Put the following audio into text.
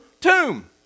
tomb